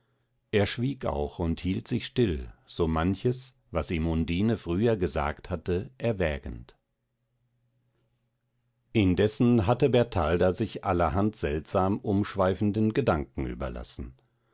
er schwieg auch und hielt sich still so manches was ihm undine früher gesagt hatte erwägend indessen hatte bertalda sich allerhand seltsam umschweifenden gedanken überlassen